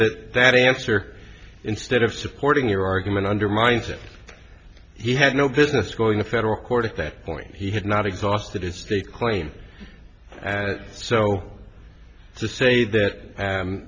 that that answer instead of supporting your argument undermines if he had no business going to federal court at that point he had not exhausted his state claim so to say that